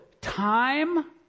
time